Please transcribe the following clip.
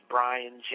Brian